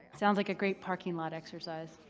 sounds like a great parking lot exercise.